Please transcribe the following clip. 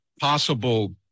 possible